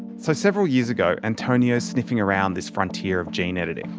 so several years ago antonio is sniffing around this frontier of gene editing.